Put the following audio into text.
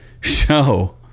show